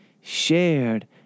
shared